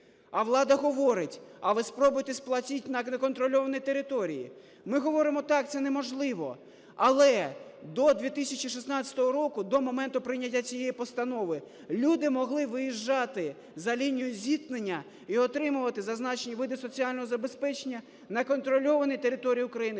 А влада говорить: а ви спробуйте сплатіть на неконтрольованій території. Ми говоримо: так, це неможливо. Але до 2016 року, до моменту прийняття цієї постанови, люди могли виїжджати за лінію зіткнення і отримувати зазначені види соціального забезпечення на контрольованій території України